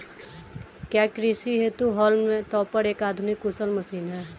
क्या कृषि हेतु हॉल्म टॉपर एक आधुनिक कुशल मशीन है?